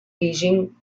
beijing